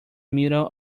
middle